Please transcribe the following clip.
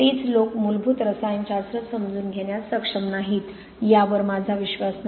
तेच लोक मूलभूत रसायनशास्त्र समजून घेण्यास सक्षम नाहीत यावर माझा विश्वास नाही